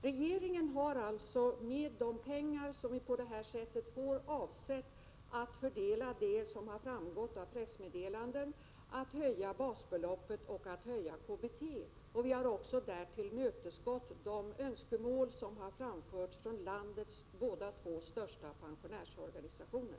Regeringen har alltså avsett att fördela de pengar som engångsskatten ger —- som har framgått av pressmeddelanden — på ett sådant sätt att både basbeloppet och KBT kan höjas. I det avseendet har vi tillmötesgått de önskemål som har framförts från landets två största pensionärsorganisationer.